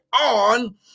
on